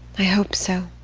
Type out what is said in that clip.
i hope so.